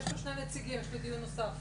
אני משאירה פה שני נציגים והולכת לדיון נוסף.